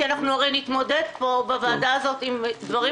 כי הרי אנחנו נתמודד פה בוועדה עם דברים